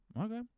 okay